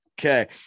Okay